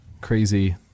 crazy